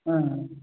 हा